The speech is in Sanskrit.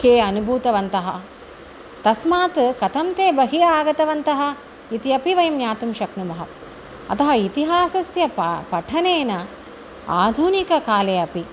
के अनुभूतवन्तः तस्मात् कथं ते बहिः आगतवन्तः इति अपि वयं ज्ञातुं शक्नुमः अतः इतिहासस्य प पठनेन आधुनिककाले अपि